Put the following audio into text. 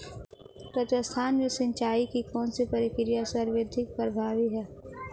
राजस्थान में सिंचाई की कौनसी प्रक्रिया सर्वाधिक प्रभावी है?